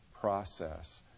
process